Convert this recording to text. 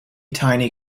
tiny